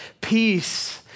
Peace